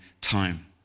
time